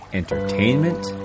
entertainment